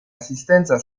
assistenza